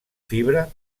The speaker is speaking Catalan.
fibra